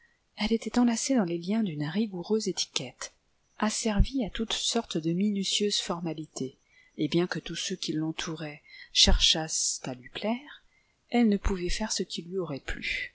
elle était enlacée dans les liens dune rigoureuse étiquette asservie à toutes sortes de minutieuses formalités et bien que tous ceux qui l'entouraient cherchassent à lui plaire elle ne pouvait faire ce qui lui aurait plu